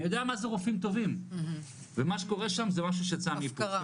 אני יודע מה זה רופאים טובים ומה שקורה שם זה משהו שיצא מפרופורציה.